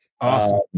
Awesome